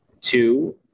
two